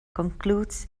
concludes